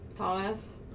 Thomas